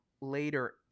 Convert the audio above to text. later